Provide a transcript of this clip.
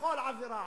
בכל עבירה,